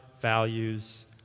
values